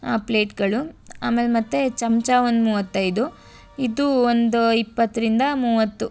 ಪ್ಲೇಟುಗಳು ಆಮೇಲೆ ಮತ್ತು ಚಮಚ ಒಂದು ಮೂವತ್ತೈದು ಇದು ಒಂದು ಇಪ್ಪತ್ತರಿಂದ ಮೂವತ್ತು